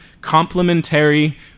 complementary